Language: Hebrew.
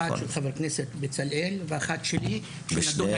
אחת של חבר הכנסת בצלאל ואחת שלי שנידונה